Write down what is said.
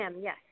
yes